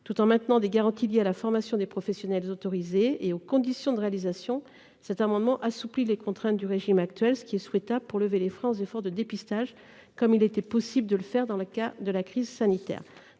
Tout en maintenant des garanties liées à la formation des professionnels autorisés et aux conditions de réalisation, cet amendement tend à assouplir les contraintes du régime actuel, ce qui est souhaitable pour lever les freins aux efforts de dépistage, comme il était possible de le faire dans le cadre de la crise sanitaire.